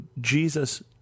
Jesus